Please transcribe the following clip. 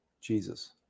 Jesus